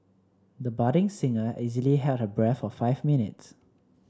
the budding singer easily held her breath for five minutes